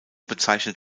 bezeichnet